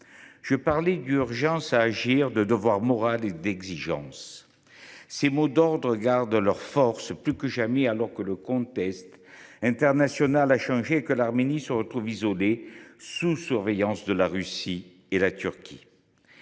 Je parlais d’urgence à agir, de devoir moral et d’exigence. Ces mots d’ordre gardent leur force plus que jamais, alors que le contexte international a changé et que l’Arménie se retrouve isolée, sous surveillance de la Russie et de la Turquie.